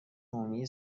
عمومی